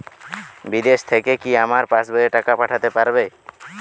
বিদেশ থেকে কি আমার পাশবইয়ে টাকা পাঠাতে পারবে?